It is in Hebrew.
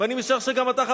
ואני משער שגם אתה,